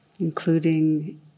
including